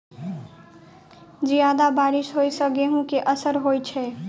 जियादा बारिश होइ सऽ गेंहूँ केँ असर होइ छै?